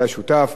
שהיה שותף.